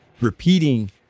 repeating